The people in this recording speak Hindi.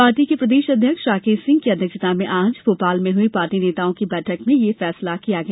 पार्टी के प्रदेश अध्यक्ष राकेश सिंह की अध्यक्षता में आज भोपाल में हुई पार्टी नेताओं की बैठक में यह फैसला लिया गया